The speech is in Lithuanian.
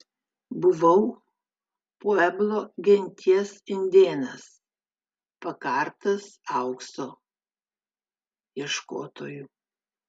buvau pueblo genties indėnas pakartas aukso ieškotojų